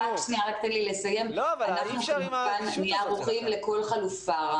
אנחנו כמובן נהיה ערוכים לכל חלופה.